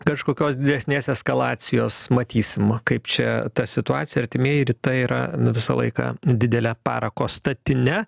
kažkokios didesnės eskalacijos matysim kaip čia ta situacija artimieji rytai yra nu visą laiką didele parako statine